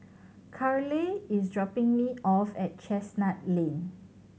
Carleigh is dropping me off at Chestnut Lane